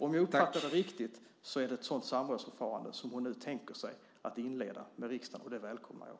Om jag uppfattade det riktigt är det ett sådant samrådsförfarande som hon nu tänker sig att inleda med riksdagen, och det välkomnar jag.